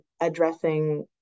addressing